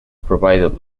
provide